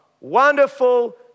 Wonderful